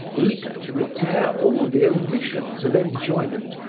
eager to repair all the omissions of enjoyment,